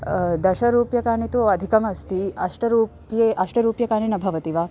दशरूप्यकाणि तु अधिकम् अस्ति अष्टरूप्यकं अष्टरूप्यकाणि न भवति वा